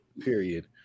period